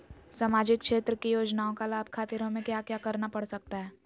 सामाजिक क्षेत्र की योजनाओं का लाभ खातिर हमें क्या क्या करना पड़ सकता है?